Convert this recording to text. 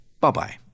Bye-bye